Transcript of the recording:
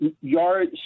yard